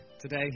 today